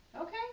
Okay